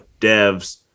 Devs